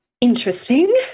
Interesting